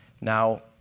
Now